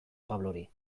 pablori